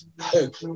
hope